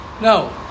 No